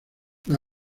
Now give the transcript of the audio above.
las